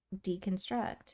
deconstruct